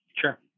Sure